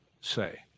say